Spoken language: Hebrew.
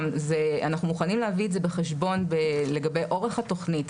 אנחנו מוכנים להביא את זה בחשבון לגבי אורך התוכנית,